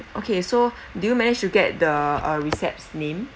okay so do you manage to get the uh recept's name